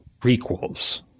prequels